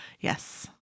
yes